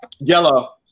yellow